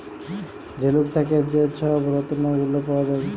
ঝিলুক থ্যাকে যে ছব রত্ল গুলা পাউয়া যায়